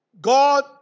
God